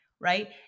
right